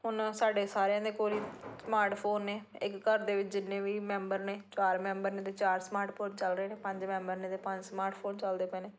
ਹੁਣ ਸਾਡੇ ਸਾਰਿਆਂ ਦੇ ਕੋਲ ਸਮਾਰਟਫੋਨ ਨੇ ਇੱਕ ਘਰ ਦੇ ਵਿੱਚ ਜਿੰਨੇ ਵੀ ਮੈਂਬਰ ਨੇ ਚਾਰ ਮੈਂਬਰ ਨੇ ਤਾਂ ਚਾਰ ਸਮਾਰਟਫੋਨ ਚੱਲ ਰਹੇ ਨੇ ਪੰਜ ਮੈਂਬਰ ਨੇ ਤਾਂ ਪੰਜ ਸਮਾਰਟਫੋਨ ਚਲਦੇ ਪਏ ਨੇ